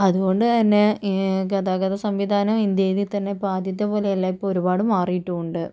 അതുകൊണ്ട് തന്നെ ഈ ഗതാഗത സംവിധാനം ഇന്ത്യയിൽ തന്നെ ഇപ്പം ആദ്യത്തെ പോലെയല്ല ഇപ്പം ഒരുപാട് മറിയിട്ടും ഉണ്ട്